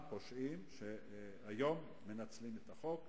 פשעים של פושעים שהיום מנצלים את החוק.